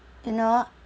you know